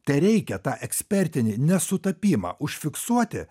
tereikia tą ekspertinį nesutapimą užfiksuoti